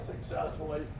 successfully